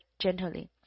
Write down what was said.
gently